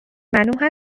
معلوم